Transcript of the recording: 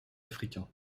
africain